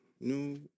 No